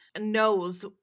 knows